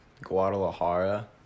guadalajara